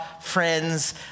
friends